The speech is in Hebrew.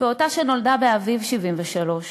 פעוטה שנולדה באביב 73',